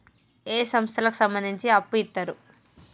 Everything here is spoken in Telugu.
ఏ సంస్థలకు సంబంధించి అప్పు ఇత్తరు?